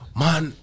man